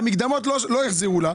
את המקדמות לא החזירו לה,